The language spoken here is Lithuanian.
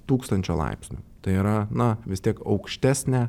tūkstančio laipsnių tai yra na vis tiek aukštesnė